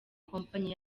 kompanyi